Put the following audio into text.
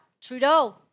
Trudeau